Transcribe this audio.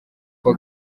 kwa